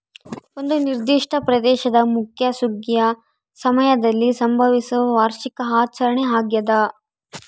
ಒಂದು ನಿರ್ದಿಷ್ಟ ಪ್ರದೇಶದ ಮುಖ್ಯ ಸುಗ್ಗಿಯ ಸಮಯದಲ್ಲಿ ಸಂಭವಿಸುವ ವಾರ್ಷಿಕ ಆಚರಣೆ ಆಗ್ಯಾದ